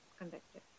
conducted